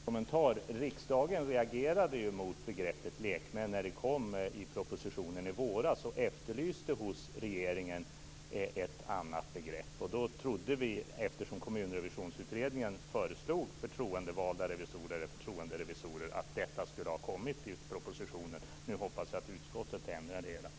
Fru talman! Riksdagen reagerade mot begreppet lekmän när det framkom i propositionen i våras. Riksdagen efterlyste hos regeringen ett annat begrepp. Eftersom Kommunrevisionsutredningen föreslog begreppet förtroendevalda revisorer trodde vi att det skulle framkomma i propositionen. Nu hoppas jag att utskottet gör en ändring.